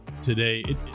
today